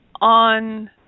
on